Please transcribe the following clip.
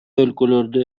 өлкөлөрдө